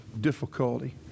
difficulty